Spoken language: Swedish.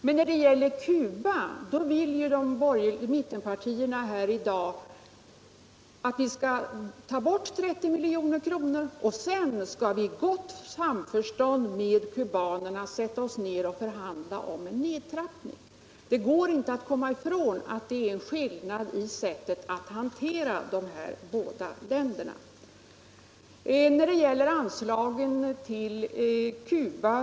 Men när det gäller Cuba vill ju mittenpartierna här i dag att vi skall ta bort 30 milj.kr. — och sedan skall vi i gott samförstånd med kubanerna sätta oss ner och förhandla om en nedtrappning. Det går inte att komma ifrån att det är en skillnad i sättet att hantera dessa båda länder.